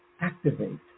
activate